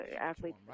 athletes